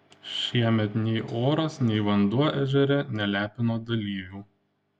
šiemet nei oras nei vanduo ežere nelepino dalyvių